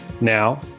Now